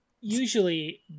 Usually